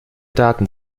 daten